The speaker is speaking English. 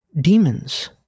demons